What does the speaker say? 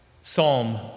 Psalm